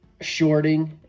shorting